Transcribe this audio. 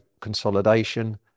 consolidation